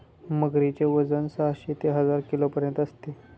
मगरीचे वजन साहशे ते हजार किलोपर्यंत असते